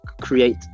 create